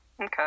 okay